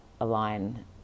align